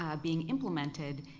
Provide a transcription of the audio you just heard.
ah being implemented,